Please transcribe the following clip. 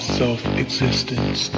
self-existence